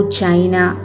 China